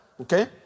Okay